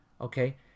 Okay